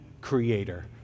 Creator